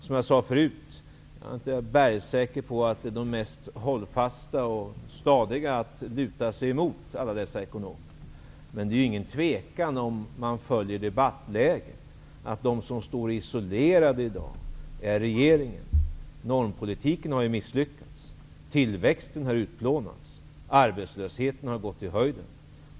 Som jag sade är jag inte bergsäker på att dessa ekonomer är de mest hållfasta och stadiga att luta sig emot, men om man följer debatten råder det inga tvivel om att den som i dag står isolerad är regeringen. Normpolitiken har misslyckats. Tillväxten har utplånats. Arbetslösheten har gått i höjden.